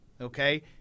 okay